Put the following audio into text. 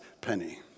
penny